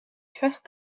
trust